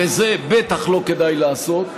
ואת זה בטח לא כדאי לעשות.